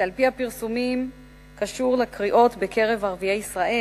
שעל-פי הפרסומים קשור לקריאות בקרב ערביי ישראל,